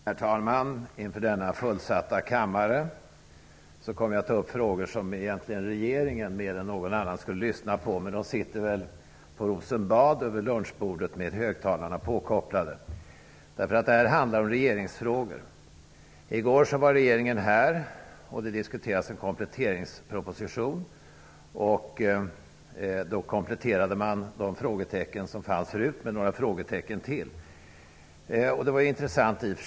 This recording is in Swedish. Herr talman! Inför denna fullsatta kammare kommer jag att ta upp frågor som egentligen regeringen mer än någon annan skulle lyssna på! Men de sitter väl på Rosenbad vid lunchbordet med högtalarna påkopplade. Detta handlar om regeringsfrågor. I går var regeringen här, och det diskuterades en kompletteringsproposition. Då kompletterade man de frågetecken som fanns förut med några frågetecken till. Det var i och för sig intressant.